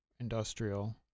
industrial